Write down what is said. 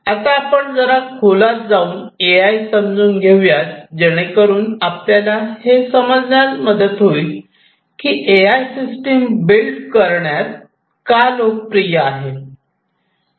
आता आपण जरा खोलात जाऊन एआय समजून घेऊयात जेणेकरून आपल्याला हे समजण्यास मदत होईल की एआय सिस्टीम बिल्ड करण्यात का लोकप्रिय आहे